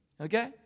Okay